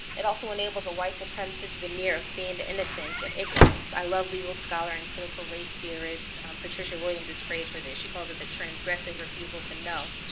it also enables a white supremacist veneer of feigned innocence and ignorance. i love legal scholar and critical race theorist, patricia williams' phrase for this, she calls it the transgressive refusal to know.